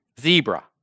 Zebra